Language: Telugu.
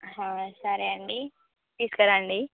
సరే అండి ఇస్తాను అండి